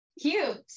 Cute